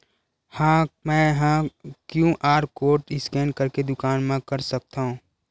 का मैं ह क्यू.आर कोड स्कैन करके दुकान मा कर सकथव?